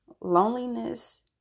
loneliness